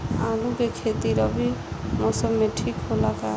आलू के खेती रबी मौसम में ठीक होला का?